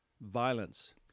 violence